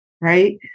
right